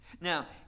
Now